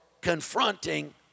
confronting